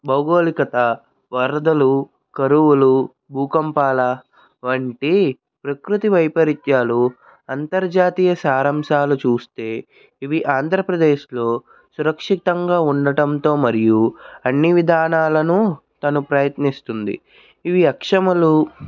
భౌగోళికత వరదలు కరువులు భూకంపాల వంటి ప్రకృతి వైపరీత్యాలు అంతర్జాతీయ సారాంశాలు చూస్తే ఇవి ఆంధ్రప్రదేశ్లో సురక్షితంగా ఉండటంతో మరియు అన్ని విధానాలను తను ప్రయత్నిస్తుంది ఇవి లక్ష్యములు